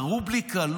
הרובריקה,